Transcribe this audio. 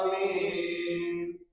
a